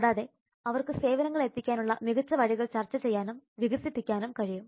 കൂടാതെ അവർക്ക് സേവനങ്ങൾ എത്തിക്കാനുള്ള മികച്ച വഴികൾ ചർച്ച ചെയ്യാനും വികസിപ്പിക്കാനും കഴിയും